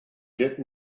get